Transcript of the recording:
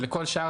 ולכל שאר